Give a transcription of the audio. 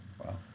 Wow